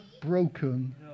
broken